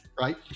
right